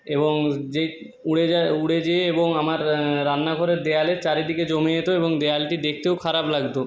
এবং যে উড়ে যায় উড়ে যেয়ে এবং আমার রান্নাঘরের দেওয়ালের চারিদিকে জমে যেত এবং দেওয়ালটি দেখতেও খারাপ লাগত